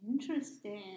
Interesting